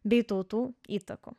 bei tautų įtakų